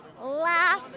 laugh